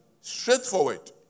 straightforward